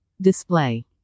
Display